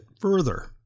further